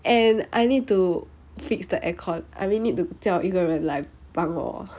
and I need to fix the aircon I really need to 叫一个人来帮我